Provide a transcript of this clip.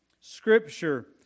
Scripture